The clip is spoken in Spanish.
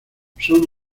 son